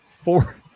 four